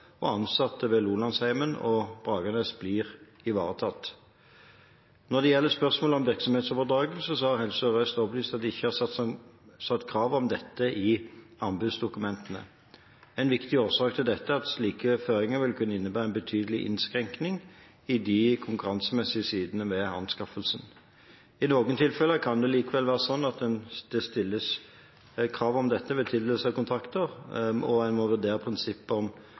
og ansatte ved Lolandsheimen og Bragernes blir ivaretatt. Når det gjelder spørsmålet om virksomhetsoverdragelse, har Helse Sør-Øst opplyst at de ikke har satt krav om dette i anbudsdokumentene. En viktig årsak til dette er at slike føringer vil kunne innebære en betydelig innskrenkning i de konkurransemessige sidene ved anskaffelsen. I noen tilfeller kan det likevel være sånn at det stilles krav om dette ved tildeling av kontrakter, og en må vurdere om prinsippet om